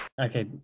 Okay